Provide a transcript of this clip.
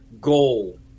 goal